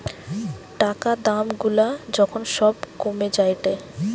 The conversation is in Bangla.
টাকা দাম গুলা যখন সব কমে যায়েটে